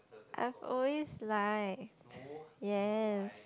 I have always liked yes